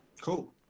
Cool